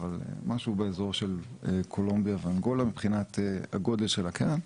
משהו באזור של קולומביה ואנגולה מבחינת הגודל של הקרן.